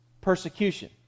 persecution